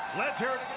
let's hear it.